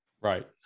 right